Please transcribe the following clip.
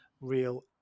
real